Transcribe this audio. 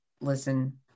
listen